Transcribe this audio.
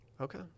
Okay